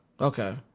Okay